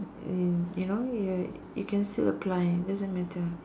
in you know you you can still apply it doesn't matter